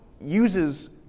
uses